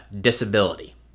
Disability